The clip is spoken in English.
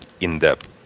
in-depth